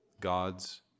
God's